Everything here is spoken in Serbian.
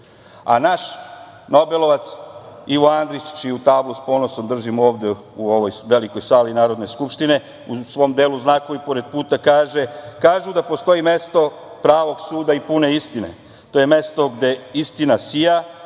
A naš nobelovac Ivo Andrić, čiju tablu s ponosom držimo ovde u ovoj velikoj sali Narodne skupštine, u svom delu "Znakovi pored puta", kaže: "Kažu da postoji mesto pravog suda i pune istine. To je mesto gde istina sija,